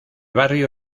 barrio